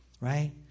right